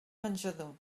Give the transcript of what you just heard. menjador